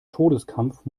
todeskampf